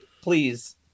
please